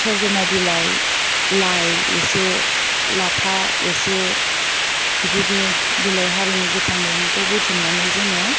सज'ना बिलाइ लाइ एसे लाफा एसे बिदिनो बिलाइ हारिनि गोथां मैगंखौ बुथुमनानै जोङो